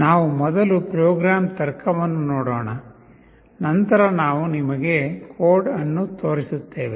ನಾವು ಮೊದಲು ಪ್ರೋಗ್ರಾಂ ತರ್ಕವನ್ನು ನೋಡೋಣ ನಂತರ ನಾವು ನಿಮಗೆ ಕೋಡ್ ಅನ್ನು ತೋರಿಸುತ್ತೇವೆ